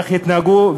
ואיך התנהגו,